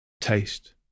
taste